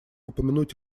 упомянуть